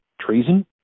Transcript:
treason